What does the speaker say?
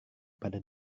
pada